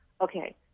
Okay